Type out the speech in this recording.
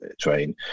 train